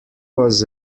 was